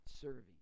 serving